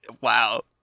wow